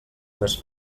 més